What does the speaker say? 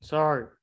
Sorry